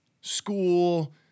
school